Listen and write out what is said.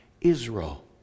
Israel